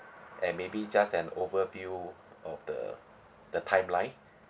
and maybe just an overview of the the timeline